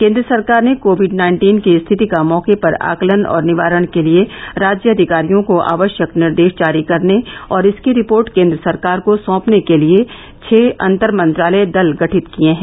केंद्र सरकार ने कोविड नाइन्टीन की स्थिति का मौके पर आकलन और निवारण के लिए राज्य अधिकारियों को आवश्यक निर्देश जारी करने और इसकी रिपोर्ट केंद्र सरकार को साँपने के लिए छह अंतर मंत्रालय दल गठित किए हैं